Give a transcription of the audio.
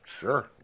Sure